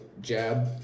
jab